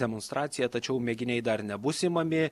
demonstracija tačiau mėginiai dar nebus imami